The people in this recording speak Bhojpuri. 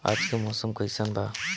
आज के मौसम कइसन बा?